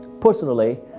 Personally